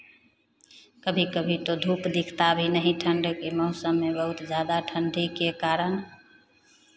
कभी कभी तो धूप दिखता भी नहीं है ठंड के मौसम में बहुत ज़्यादा ठंडी के कारण